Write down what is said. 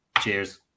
cheers